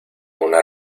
una